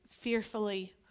fearfully